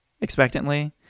expectantly